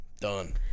Done